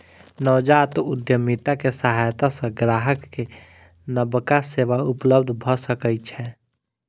नवजात उद्यमिता के सहायता सॅ ग्राहक के नबका सेवा उपलब्ध भ सकै छै